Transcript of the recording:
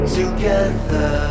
together